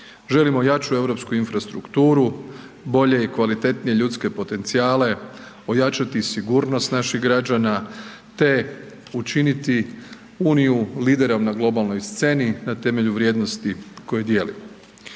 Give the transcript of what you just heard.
Želimo jaču europsku infrastrukturu, bolje i kvalitetnije ljudske potencijale, ojačati sigurnost naših građana, te učiniti Uniju liderom na globalnoj sceni na temelju vrijednosti koju dijelimo.